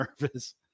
nervous